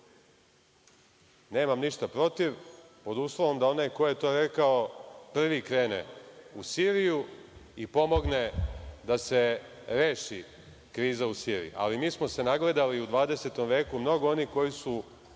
Nemam ništa protiv, pod uslovom da onaj ko je to rekao prvi krene u Siriju i pomogne da se reši kriza u Siriji. Ali, mi smo se nagledali u 20. veku mnogo onih koji su